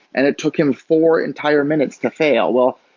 and it took him four entire minutes to fail well,